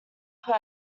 per